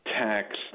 tax